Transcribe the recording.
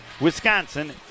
Wisconsin